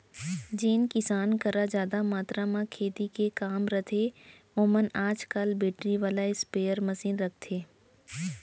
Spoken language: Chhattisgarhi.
जेन किसान करा जादा मातरा म खेती के काम रथे ओमन आज काल बेटरी वाला स्पेयर मसीन राखथें